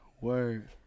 Word